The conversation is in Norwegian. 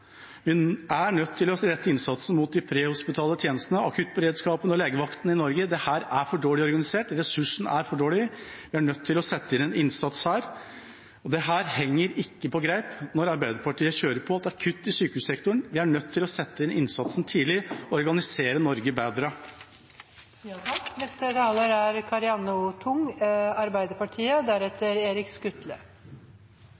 feil? Vi er nødt til å rette innsatsen mot de prehospitale tjenestene: akuttberedskapen og legevakten i Norge. Dette er for dårlig organisert. Ressursen er for dårlig. Vi er nødt til å sette inn en innsats her. Dette henger ikke på greip når Arbeiderpartiet kjører på. Det er kutt i sykehussektoren. Vi er nødt til å sette inn innsatsen tidlig og organisere Norge